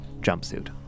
jumpsuit